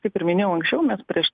kaip ir minėjau anksčiau mes prieš